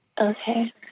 Okay